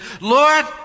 Lord